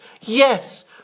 Yes